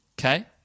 Okay